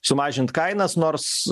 sumažint kainas nors